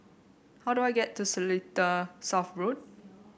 how do I get to Seletar South Road